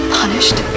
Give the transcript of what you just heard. punished